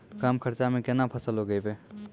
कम खर्चा म केना फसल उगैबै?